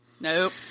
Nope